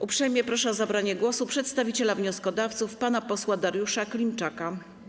Uprzejmie proszę o zabranie głosu przedstawiciela wnioskodawców pana posła Dariusza Klimczaka.